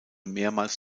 mehrmals